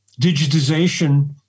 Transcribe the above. digitization